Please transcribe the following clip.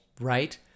right